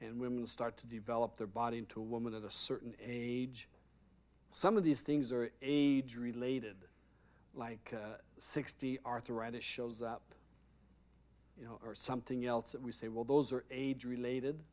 and women start to develop their body into a woman at a certain a some of these things are age related like sixty arthritis shows up you know or something else that we say well those are age related